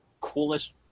coolest